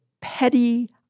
petty